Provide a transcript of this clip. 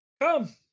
come